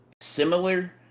similar